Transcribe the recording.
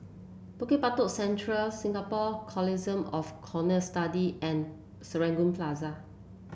Bukit Batok Central Singapore Consortium of Cohort Study and Serangoon Plaza